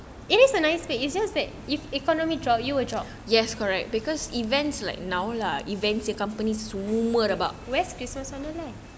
it is a nice take it's just that if economy drop you will drop west christmas sana leh